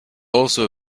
also